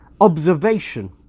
observation